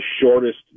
shortest